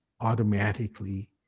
automatically